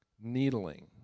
needling